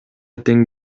тең